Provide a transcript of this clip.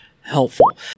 helpful